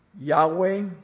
Yahweh